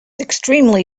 extremely